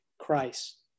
Christ